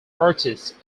artists